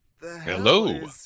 hello